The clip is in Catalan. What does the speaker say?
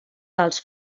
dels